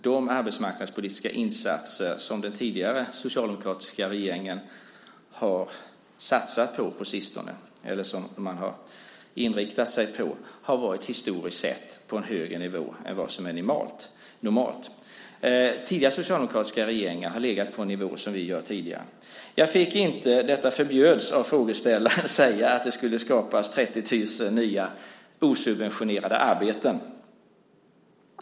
De arbetsmarknadspolitiska insatser som den tidigare socialdemokratiska regeringen har inriktat sig på har varit på en högre nivå historiskt sett än vad som är normalt. Tidigare socialdemokratiska regeringar har legat på en nivå som vi gjorde tidigare. Jag fick inte - det förbjöds av frågeställaren - säga att det ska skapas 30 000 nya osubventionerade arbeten.